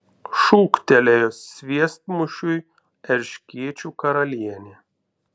šūktelėjo sviestmušiui erškėčių karalienė